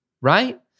right